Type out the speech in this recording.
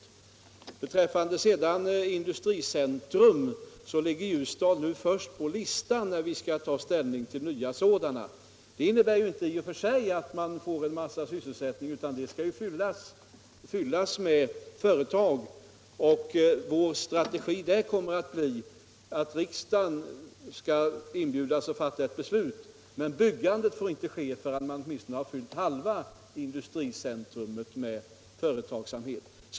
Även när det gäller frågan om industricentrum ligger Ljusdal överst på listan när vi skall ta ställning till nya sådana. Detta innebär i och för sig inte att man får en mängd nya arbetstillfällen, utan centret skall ju först fyllas med företag. Vår strategi där kommer att bli att riksdagen inbjuds att fatta ett beslut, men byggandet får inte ske förrän man har fyllt åtminstone halva industricentret med företagsamhet.